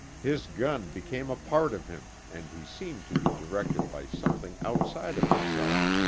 his gun became a part of him and he seemed to be directed by something outside of himself.